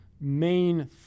main